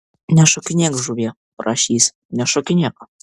nešokinėk žuvie prašė jis nešokinėk